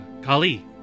Kali